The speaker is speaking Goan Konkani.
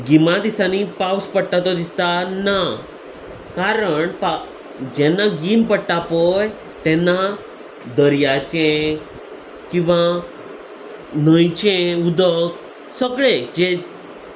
गिमा दिसांनी पावस पडटा तो दिसता ना कारण प जेन्ना गीम पडटा पळय तेन्ना दर्याचें किंवां न्हंयचें उदक सगळें जें